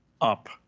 up